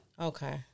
Okay